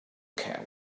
care